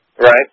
Right